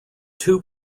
two